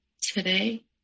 today